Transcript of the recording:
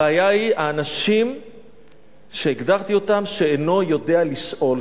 הבעיה היא האנשים שהגדרתי אותם שאינו יודע לשאול.